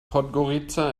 podgorica